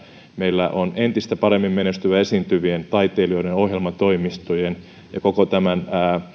meillä on entistä paremmin menestyvä esiintyvien taiteilijoiden ohjelmatoimistojen ja koko